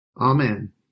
Amen